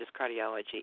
Cardiology